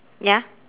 ya